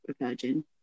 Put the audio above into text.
virgin